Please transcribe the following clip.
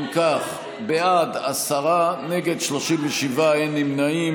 אם כך, בעד, עשרה, נגד, 37, ואין נמנעים.